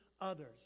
others